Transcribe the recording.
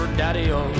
daddy-o